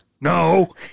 no